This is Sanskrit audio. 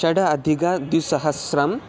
षडधिकं द्विसहस्रम्